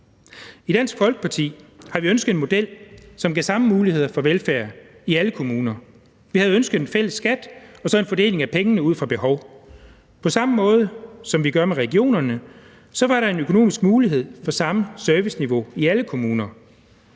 I Dansk Folkeparti har vi ønsket en model, som giver samme muligheder for velfærd i alle kommuner. Vi har ønsket en fælles skat og så en fordeling af pengene ud fra behov, på samme måde som vi gør med regionerne. Så var der en økonomisk mulighed for samme serviceniveau i alle kommuner.